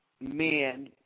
men